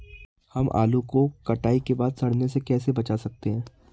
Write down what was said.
हम आलू को कटाई के बाद सड़ने से कैसे बचा सकते हैं?